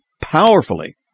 powerfully